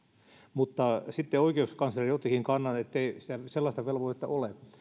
mutta sitten oikeuskansleri ottikin kannan ettei sellaista velvoitetta ole